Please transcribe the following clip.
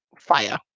fire